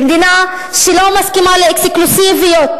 במדינה שלא מסכימה לאקסקלוסיביות,